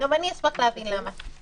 גם אני אשמח להבין למה.